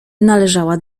należała